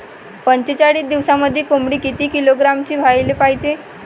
पंचेचाळीस दिवसामंदी कोंबडी किती किलोग्रॅमची व्हायले पाहीजे?